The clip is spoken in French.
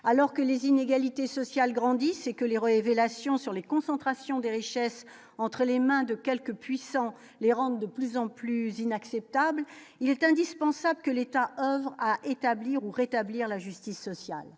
alors que les inégalités sociales grandissent et que les révélations sur les concentrations des richesses entre les mains de quelques puissants les rendent de plus en plus inacceptable, il est indispensable que l'État à établir ou rétablir la justice sociale,